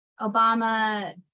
Obama